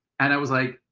and i was like